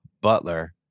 Butler